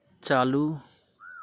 चालू